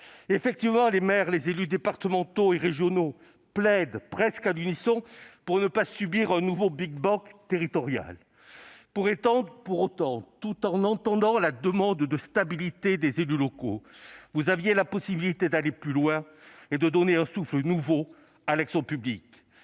Effectivement, les maires, les élus départementaux et régionaux plaident, presque à l'unisson, pour ne pas subir un nouveau big-bang territorial. Pour autant, tout en entendant la demande de stabilité des élus locaux, vous aviez la possibilité d'aller plus loin et de donner un souffle nouveau à l'action publique.